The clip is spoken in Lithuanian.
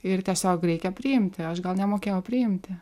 ir tiesiog reikia priimti aš gal nemokėjau priimti